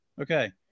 Okay